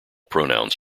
pronouns